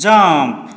jump